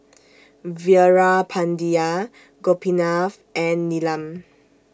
Veerapandiya Gopinath and Neelam